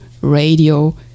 Radio